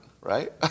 right